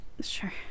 Sure